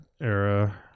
era